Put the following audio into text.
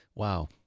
Wow